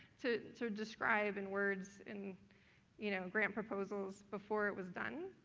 to so describe in words in you know, grant proposals, before it was done.